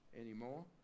anymore